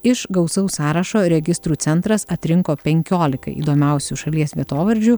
iš gausaus sąrašo registrų centras atrinko penkiolika įdomiausių šalies vietovardžių